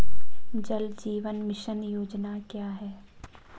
जल जीवन मिशन योजना क्या है?